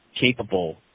capable